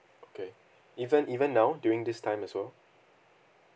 okay even even now during this time also